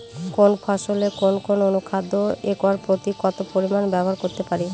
কোন ফসলে কোন কোন অনুখাদ্য একর প্রতি কত পরিমান ব্যবহার করতে পারি?